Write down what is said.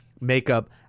makeup